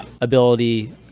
ability